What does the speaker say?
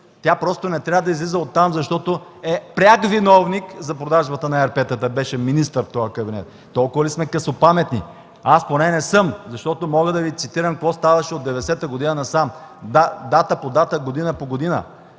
тя просто не трябва да излиза оттам, защото е пряк виновник за продажбата на ЕРП-тата – беше министър в този кабинет. Толкова ли сме късопаметни?! Аз поне не съм, защото мога да Ви цитирам какво ставаше от 1990 г. насам – дата по дата, година по година